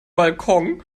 balkon